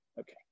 Okay